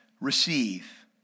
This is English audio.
receive